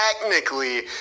technically